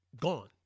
Gone